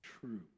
true